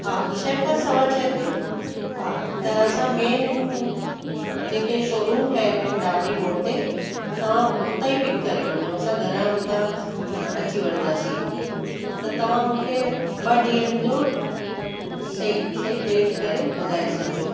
हा छह खां सवा छह ताईं हा त असां मेन जेके शोरूम ठहियलु आहिनि डाबरी मोड़ ते तव्हां उतो ई पिक करे वठजो असां घर खां उता अची वठदासीं त तव्हां मूंखे ॿ ॾींहनि जो सही सही रेट करे ॿुधाए छॾिजो